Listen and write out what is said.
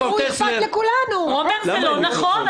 המוכש"ר זו בעיה בפני עצמה, זה לא רק חרדי.